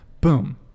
Boom